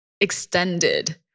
extended